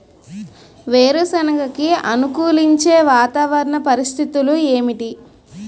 వేరుసెనగ కి అనుకూలించే వాతావరణ పరిస్థితులు ఏమిటి?